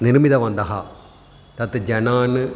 निर्मितवन्तः तत् जनान्